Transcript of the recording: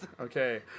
okay